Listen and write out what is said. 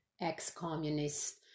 ex-communist